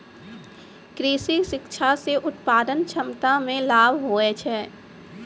कृषि शिक्षा से उत्पादन क्षमता मे लाभ हुवै छै